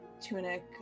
tunic